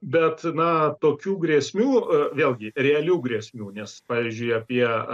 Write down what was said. bet na tokių grėsmių vėlgi realių grėsmių nes pavyzdžiui apie